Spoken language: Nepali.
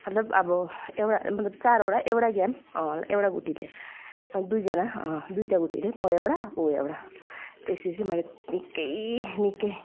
मतलब अब एउटा मतलब चारवटा एउटा गेम एउटा गोटीले दुइजना दुइटा गोटीले म एउटा ऊ एउटा त्यसरी चाहिँ मैले निक्कै निक्कै